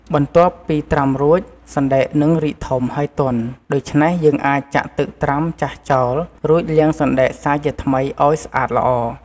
បន្ទាប់ពីត្រាំរួច សណ្តែកនឹងរីកធំ ហើយទន់ ដូច្នេះយើងអាចចាក់ទឹកត្រាំចាស់ចោល រួចលាងសណ្តែកសារជាថ្មីឱ្យស្អាតល្អ។